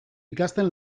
ikasten